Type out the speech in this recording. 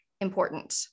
important